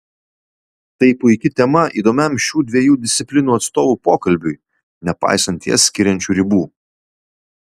tai puiki tema įdomiam šių dviejų disciplinų atstovų pokalbiui nepaisant jas skiriančių ribų